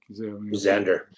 Xander